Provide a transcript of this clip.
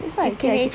that's why I say I